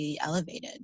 elevated